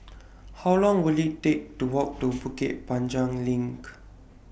How Long Will IT Take to Walk to Bukit Panjang LINK